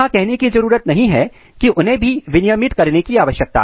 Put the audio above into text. कहने की जरूरत नहीं है कि उन्हें भी विनियमित करने की आवश्यकता है